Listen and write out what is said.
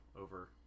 over